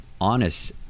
honest